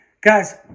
Guys